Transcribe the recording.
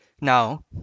Now